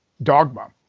dogma